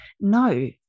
No